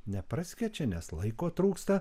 nepraskečia nes laiko trūksta